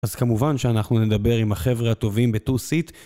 אז כמובן שאנחנו נדבר עם החבר'ה הטובים בטו-סיט.